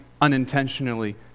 unintentionally